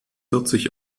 vierzig